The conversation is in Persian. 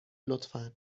لطفا